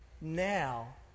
now